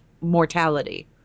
mortality